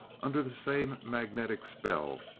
under the same magnetic spell,